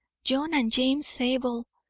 john and james zabel.